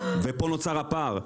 ופה נוצר הפער.